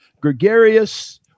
gregarious